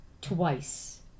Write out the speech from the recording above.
twice